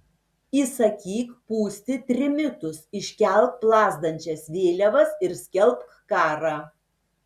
įsakyk pūsti trimitus iškelk plazdančias vėliavas ir skelbk karą